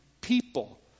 people